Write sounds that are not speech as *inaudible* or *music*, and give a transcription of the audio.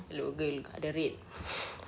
look girl got the red *laughs*